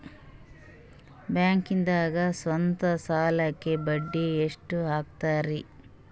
ಬ್ಯಾಂಕ್ದಾಗ ಸ್ವಂತ ಸಾಲಕ್ಕೆ ಬಡ್ಡಿ ಎಷ್ಟ್ ಹಕ್ತಾರಿ?